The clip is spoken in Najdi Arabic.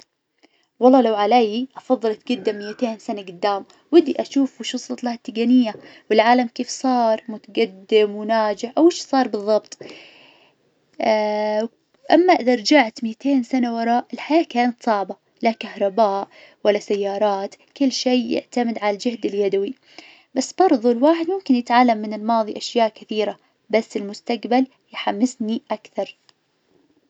والله لو علي افظل أتقدم مئتين سنة قدام، ودي أشوف وايش وصلت له التقنية، والعالم كيف صار متقدم وناجح أو ايش صار بالظبط؟ أما إذا رجعت مئتين سنة ورا الحياة كانت صعبة لا كهرباء ولا سيارات كل شي يعتمد على الجهد اليدوي. بس برظو الواحد ممكن يتعلم من الماظي أشياء كثيرة. بس المستقبل يحمسني أكثر.